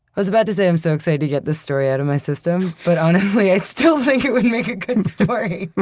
was about to say, i'm so excited to get this story out of my system, but honestly, i still think it would make a good story.